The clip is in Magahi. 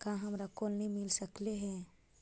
का हमरा कोलनी मिल सकले हे?